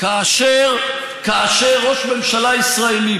כאשר ראש ממשלה ישראלי,